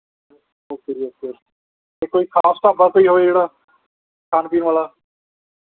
okay ਜੀ okay ਅਤੇ ਕੋਈ ਖਾਸ ਢਾਬਾ ਕੋਈ ਹੋਵੇ ਜਿਹੜਾ ਖਾਣ ਪੀਣ ਵਾਲਾ